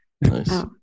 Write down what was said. Nice